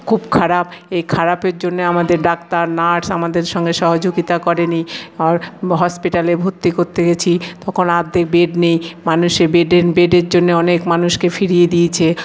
খুব খারাপ এই খারাপের জন্যে আমাদের ডাক্তার নার্স আমাদের সঙ্গে সহযোগিতা করেনি আর হসপিটালে ভর্তি করতে গেছি তখন অর্ধেক বেড নেই মানুষে বেডে বেডের জন্য অনেক মানুষকে ফিরিয়ে দিয়েছে